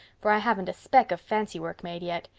for i haven't a speck of fancy work made yet.